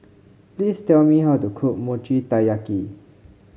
please tell me how to cook Mochi Taiyaki